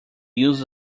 use